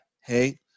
hey